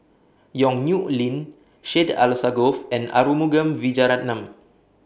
Yong Nyuk Lin Syed Alsagoff and Arumugam Vijiaratnam